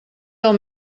del